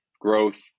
growth